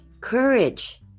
courage